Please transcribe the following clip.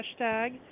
hashtag